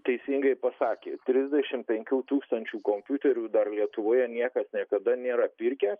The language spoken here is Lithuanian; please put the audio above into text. teisingai pasakė trisdešimt penkių tūkstančių kompiuterių dar lietuvoje niekas niekada nėra pirkę